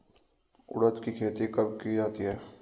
उड़द की खेती कब की जाती है?